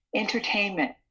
Entertainment